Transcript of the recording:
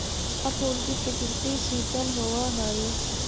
चंपा फूल की प्रकृति शीतल होवअ हई